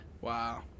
wow